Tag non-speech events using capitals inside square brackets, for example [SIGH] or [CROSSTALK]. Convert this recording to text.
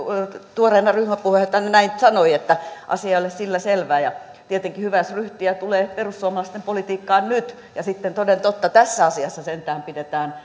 tuoreena ryhmäpuheenjohtajana sanoi että asia olisi sillä selvä tietenkin on hyvä jos ryhtiä tulee perussuomalaisten politiikkaan nyt ja sitten toden totta tässä asiassa sentään pidetään [UNINTELLIGIBLE]